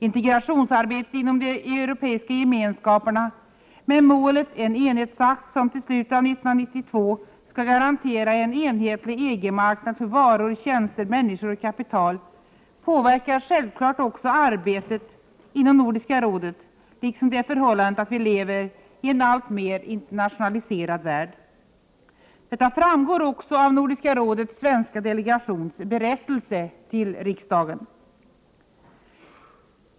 Integrationsarbetet inom de europeiska gemenskaperna, med målet en ”enhetsakt” som till slutet av 1992 skall garantera en enhetlig EG-marknad för varor, tjänster, människor och kapital påverkar självklart också arbetet inom Nordiska rådet, liksom det förhållandet att vi lever i en alltmer internationaliserad värld. Detta framgår också av Nordiska rådets svenska delegations berättelse till riksdagen.